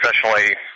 professionally